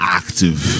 active